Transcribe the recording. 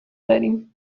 داریم